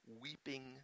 weeping